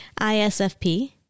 ISFP